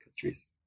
countries